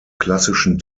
klassischen